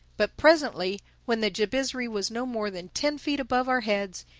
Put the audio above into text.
but presently, when the jabizri was no more than ten feet above our heads,